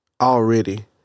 already